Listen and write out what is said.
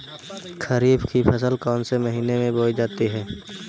खरीफ की फसल कौन से महीने में बोई जाती है?